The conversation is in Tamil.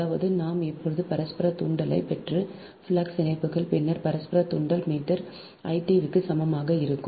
அதாவது நாம் இப்போது பரஸ்பர தூண்டலைப் பெற்ற ஃப்ளக்ஸ் இணைப்புகள் பின்னர் பரஸ்பர தூண்டல் மீ I T க்கு சமமாக இருக்கும்